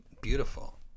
beautiful